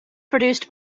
produced